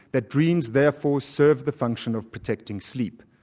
that dreams therefore serve the function of protecting sleep.